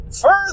further